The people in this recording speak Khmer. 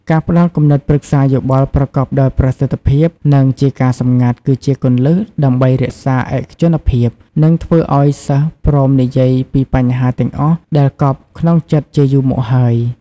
ការផ្តល់គំនិតប្រឹក្សាយោបល់ប្រកបដោយប្រសិទ្ធភាពនិងជាការសម្ងាត់គឺជាគន្លឹះដើម្បីរក្សាឯកជនភាព និងធ្វើឱ្យសិស្សព្រមនិយាយពីបញ្ហាទាំងអស់ដែលកប់ក្នុងចិត្តជាយូរមកហើយ។